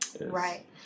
right